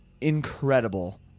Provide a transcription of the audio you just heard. incredible